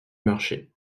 marché